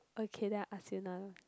okay then I ask you now